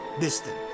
distant